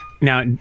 Now